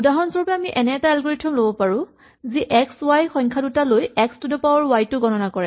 উদাহৰণস্বৰূপে আমি এনে এটা এলগৰিথম ল'ব পাৰো যি এক্স ৱাই সংখ্যা দুটা লৈ x to the power y টো গণনা কৰে